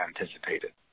anticipated